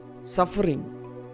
Suffering